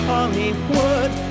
Hollywood